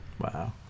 Wow